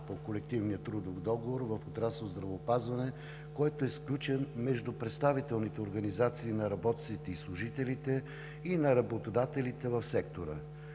по колективния трудов договор в отрасъл „Здравеопазване“, който е сключен между представителните организации на работниците и служителите и на работодателите в сектора.